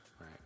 right